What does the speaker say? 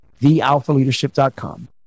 Thealphaleadership.com